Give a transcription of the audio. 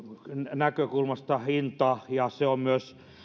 näkökulmasta hinta ja se on myös